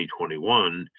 2021